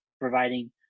providing